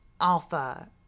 ...alpha